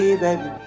baby